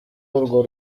urwo